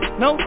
no